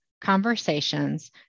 conversations